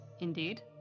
Indeed